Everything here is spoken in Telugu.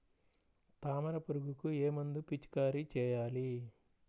తామర పురుగుకు ఏ మందు పిచికారీ చేయాలి?